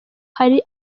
hari